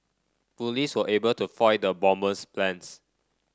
police were able to foil the bomber's plans